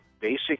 basic